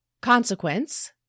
consequence